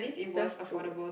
just to